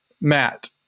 Matt